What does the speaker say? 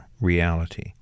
reality